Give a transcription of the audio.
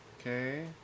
Okay